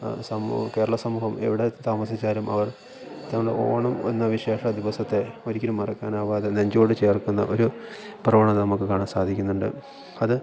സമൂഹം കേരള സമൂഹം എവിടെ താമസിച്ചാലും അവർ നമ്മുടെ ഓണം എന്ന വിശേഷ ദിവസത്തെ ഒരിക്കലും മറക്കാനാവാതെ നെഞ്ചോട് ചേർക്കുന്ന ഒരു പ്രവണത നമുക്ക് കാണാൻ സാധിക്കുന്നുണ്ട് അത്